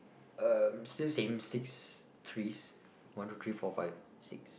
um still same six trees one two three four five six